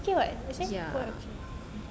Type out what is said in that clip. okay [what] actually quite okay